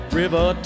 river